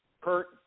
Kurt